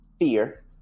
fear